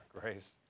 Grace